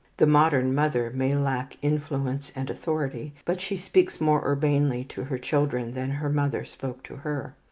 the modern mother may lack influence and authority but she speaks more urbanely to her children than her mother spoke to her.